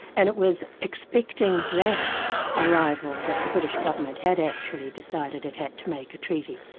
and it was expecting that arrival that the british government had actually decided it had to make a treaty.